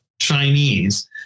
Chinese